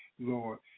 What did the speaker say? Lord